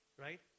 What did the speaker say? Right